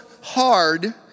hard